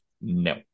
no